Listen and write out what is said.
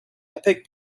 epic